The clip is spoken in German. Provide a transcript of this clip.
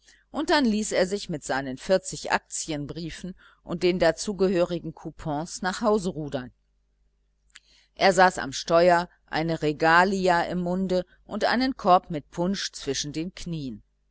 und dann ließ er sich mit seinen vierzig aktienbriefen und den dazugehörigen kupons nach hause rudern er saß am steuer eine regalia im munde und einen korb mit punsch zwischen den knien